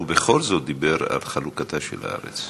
ובכל זאת דיבר על חלוקתה של הארץ.